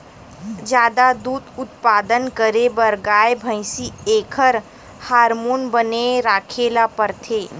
जादा दूद उत्पादन करे बर गाय, भइसी एखर हारमोन बने राखे ल परथे